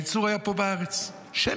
הייצור היה פה בארץ שנים.